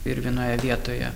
ir vienoje vietoje